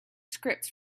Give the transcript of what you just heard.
scripts